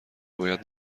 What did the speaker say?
باید